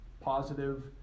positive